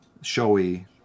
showy